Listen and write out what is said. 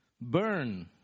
burn